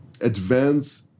advance